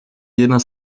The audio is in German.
jener